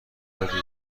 دادی